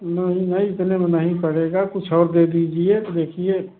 नहीं नहीं इतने में नहीं पड़ेगा कुछ और दे दीजिए देखिए